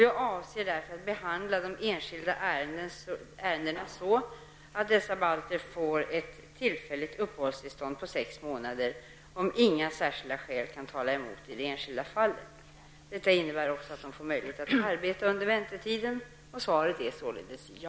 Jag avser därför att behandla de enskilda ärendena så att dessa balter får ett tillfälligt uppehållstillstånd på sex månader, om inga särskilda skäl kan tala emot i det enskilda fallet. Detta innebär också att de får möjlighet att arbeta under väntetiden. Svaret är således ja.